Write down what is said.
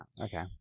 Okay